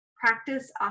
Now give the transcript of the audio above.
Practice